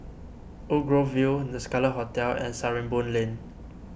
Woodgrove View the Scarlet Hotel and Sarimbun Lane